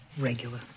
Regular